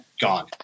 Gone